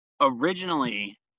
originally